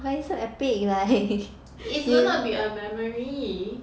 it's gonna be a memory